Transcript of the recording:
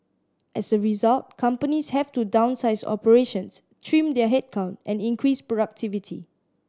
as a result companies have to downsize operations trim their headcount and increase productivity